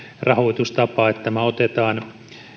rahoitustapa tämä otetaan